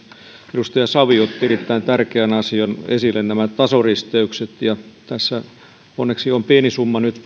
edustaja savio otti erittäin tärkeän asian esille nämä tasoristeykset ja tässä onneksi on pieni summa nyt